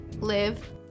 live